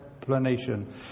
explanation